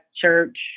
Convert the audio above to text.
church